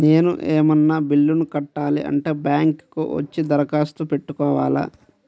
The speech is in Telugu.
నేను ఏమన్నా బిల్లును కట్టాలి అంటే బ్యాంకు కు వచ్చి దరఖాస్తు పెట్టుకోవాలా?